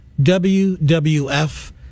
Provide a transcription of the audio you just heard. WWF